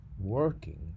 working